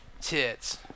tits